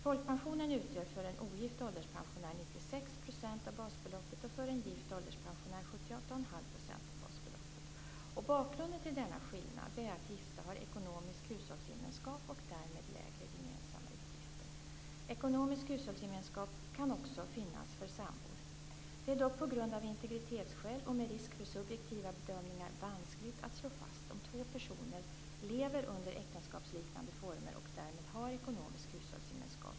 Folkpensionen utgör för en ogift ålderspensionär 96 % av basbeloppet och för en gift ålderspensionär 78,5 % av basbeloppet. Bakgrunden till denna skillnad är att gifta har ekonomisk hushållsgemenskap och därmed lägre gemensamma utgifter. Ekonomisk hushållsgemenskap kan också finnas för sambor. Det är dock på grund av integritetsskäl och med risk för subjektiva bedömningar vanskligt att slå fast om två personer lever under äktenskapsliknande former och därmed har ekonomisk hushållsgemenskap.